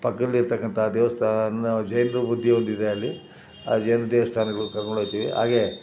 ಪಕ್ಕದಲ್ಲಿ ಇರ್ತಕ್ಕಂಥ ದೇವಸ್ಥಾನ ಜೈನ್ರ ಬುದ್ಧಿಯೊಂದಿದೆ ಅಲ್ಲಿ ಆ ಜೈನರ ದೇವಸ್ಥಾನಗಳಿಗೆ ಕರ್ಕೊಂಡು ಹೋಗ್ತೀವಿ ಹಾಗೇ